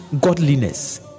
godliness